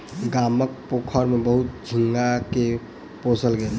गामक पोखैर में बहुत झींगा के पोसल गेल